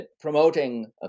promoting